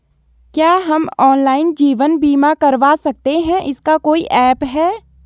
क्या हम ऑनलाइन जीवन बीमा करवा सकते हैं इसका कोई ऐप है?